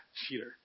Cheater